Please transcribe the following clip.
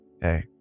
Hey